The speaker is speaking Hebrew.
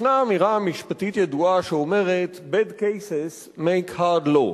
ישנה אמירה משפטית ידועה שאומרת: Hard cases make bad law,